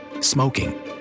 smoking